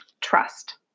Trust